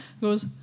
goes